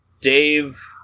Dave